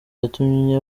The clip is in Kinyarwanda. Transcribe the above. yatumye